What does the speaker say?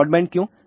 broadband क्यों